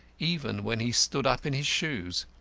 even when he stood up in his shoes.